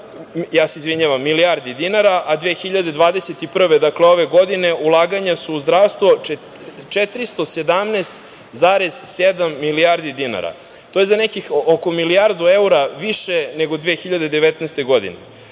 su bila 289 milijardi dinara, a 2021. godine, ove godine, ulaganja su u zdravstvo 417,7 milijardi dinara. To je za nekih oko milijardu evra više nego 2019. godine. Šta